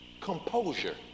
composure